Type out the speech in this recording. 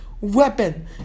weapon